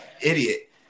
idiot